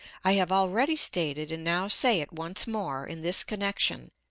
i have already stated and now say it once more in this connection,